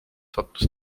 sattus